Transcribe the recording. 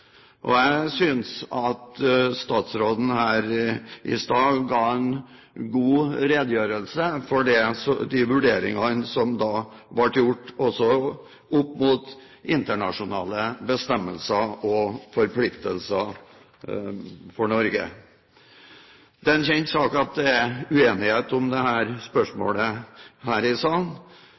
statsråden her i stad ga en god redegjørelse for de vurderinger som da ble gjort, også opp mot internasjonale bestemmelser og forpliktelser for Norge. Det er en kjent sak at det er uenighet om dette spørsmålet her i salen.